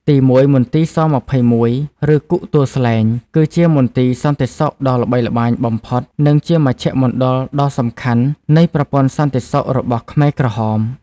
ទីមួយ មន្ទីរ ស-២១ ឬគុកទួលស្លែង គឺជាមន្ទីរសន្តិសុខដ៏ល្បីល្បាញបំផុត និងជាមជ្ឈមណ្ឌលដ៏សំខាន់នៃប្រព័ន្ធសន្តិសុខរបស់ខ្មែរក្រហម។